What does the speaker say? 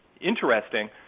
interesting